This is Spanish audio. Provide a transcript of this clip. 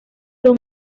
don